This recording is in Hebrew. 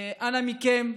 אנא מכם,